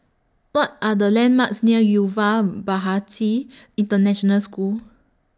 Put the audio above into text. What Are The landmarks near Yuva Bharati International School